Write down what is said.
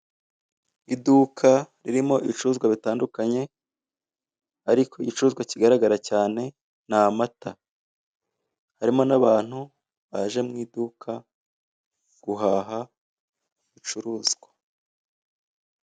Iduka ririmo ibicuruzwa bitandukanye, ariko igicuruzwa kigaragara cyane ni amata. Harimo n'abantu baje mu iduka guhaha ibicuruzwa.